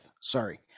sorry